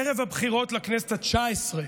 ערב הבחירות לכנסת התשע-עשרה,